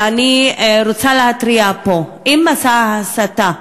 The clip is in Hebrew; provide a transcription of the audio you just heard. אני רוצה להתריע פה: אם מסע ההסתה,